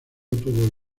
tuvo